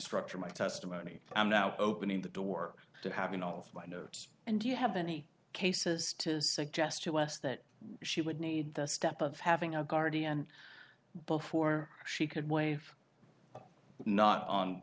structure my testimony i'm now opening the door to having all of my notes and you have any cases to suggest to us that she would need the step of having a guardian before she could waive not on